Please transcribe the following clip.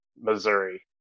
Missouri